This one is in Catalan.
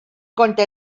conté